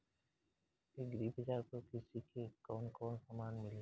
Agri बाजार पर कृषि के कवन कवन समान मिली?